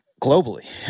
globally